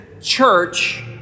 church